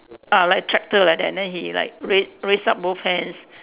ah like tractor like that then he like rai~ raise up both hands